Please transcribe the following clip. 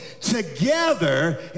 together